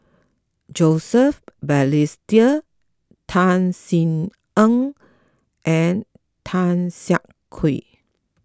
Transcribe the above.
Joseph Balestier Tan Sin Aun and Tan Siah Kwee